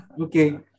Okay